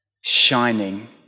shining